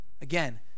Again